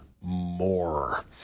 more